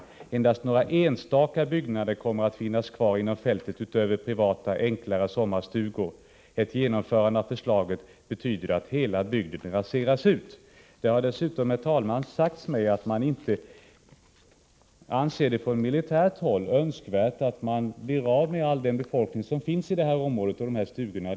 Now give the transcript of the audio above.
Endast några enstaka byggnader kommer att finnas kvar inom fältet utöver privata enklare sommarstugor. Ett genomförande av förslaget betyder att hela bygden raderas ut.” Dessutom har det, herr talman, sagts mig att man från militärt håll inte anser det vara önskvärt att bli av med all den befolkning som finns i stugorna i det aktuella området.